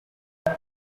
nta